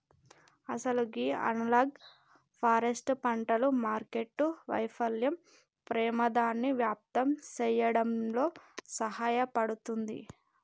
అసలు గీ analogue forest పంటలు మార్కెట్టు వైఫల్యం పెమాదాన్ని వ్యాప్తి సేయడంలో సహాయపడుతుంది